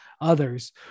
others